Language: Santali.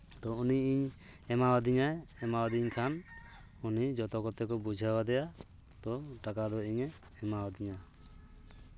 ᱛᱚ ᱩᱱᱤ ᱤᱧ ᱮᱢᱟᱣ ᱫᱤᱧᱟᱭ ᱮᱢᱟᱣᱫᱤᱧ ᱠᱷᱟᱱ ᱩᱱᱤ ᱡᱚᱛᱚ ᱠᱚᱛᱮ ᱠᱚ ᱵᱩᱡᱷᱟᱹᱣᱟᱫᱮᱭᱟ ᱛᱚ ᱴᱟᱠᱟ ᱫᱚ ᱤᱧᱟᱹᱜ ᱮᱢᱟᱣᱫᱤᱧᱟ